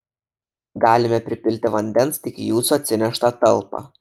galime pripilti vandens tik į jūsų atsineštą talpą